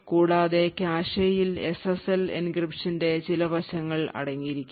കൂടാതെ കാഷെയിൽ SSL എൻക്രിപ്ഷന്റെ ചില വശങ്ങൾ അടങ്ങിയിരിക്കും